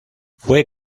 fue